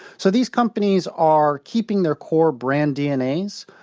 so these companies are keeping their core brand dnas,